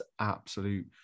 absolute